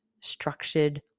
structured